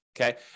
Okay